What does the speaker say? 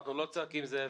אנחנו לא צועקים "זאב,